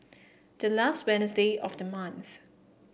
the last Wednesday of the month